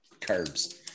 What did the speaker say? carbs